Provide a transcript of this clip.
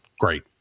great